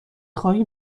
خواهی